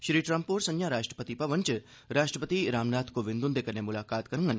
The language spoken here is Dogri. श्री ट्रंप होर संजा राश्ट्रपति भवन च राश्ट्रपति रामनाथ कोविंद होंदे कन्नै मुलाकात करगन